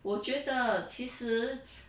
我觉得其实